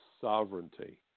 sovereignty